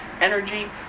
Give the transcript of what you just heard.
energy